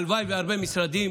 הלוואי שהרבה משרדים